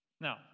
Now